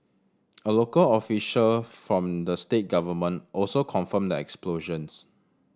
a local official from the state government also confirmed the explosions